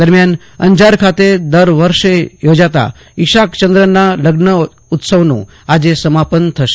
દરમ્યાન અંજાર ખાતે દર વર્ષે યોજાતા ઈશાક્યન્દ્રના લગ્ન મહોત્સવનું આજે સમાપન થશે